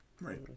Right